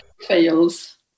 fails